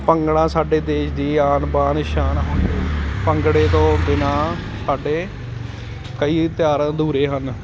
ਭੰਗੜਾ ਸਾਡੇ ਦੇਸ਼ ਦੀ ਆਨ ਬਾਨ ਸ਼ਾਨ ਹੈ ਭੰਗੜੇ ਤੋਂ ਬਿਨਾਂ ਸਾਡੇ ਕਈ ਤਿਉਹਾਰ ਅਧੂਰੇ ਹਨ